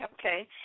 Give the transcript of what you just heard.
Okay